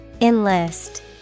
Enlist